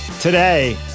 Today